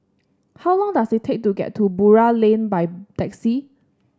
how long does it take to get to Buroh Lane by taxi